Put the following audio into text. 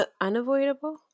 unavoidable